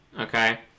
okay